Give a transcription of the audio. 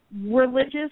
religious